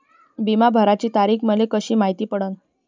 बिमा भराची तारीख मले कशी मायती पडन?